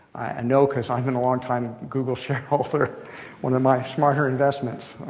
know, because i've been a longtime google shareholder one of my smarter investments.